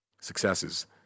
successes